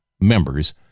members